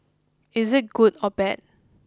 is it good or bad